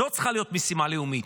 זאת צריכה להיות משימה לאומית.